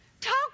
Talk